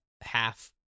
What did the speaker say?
half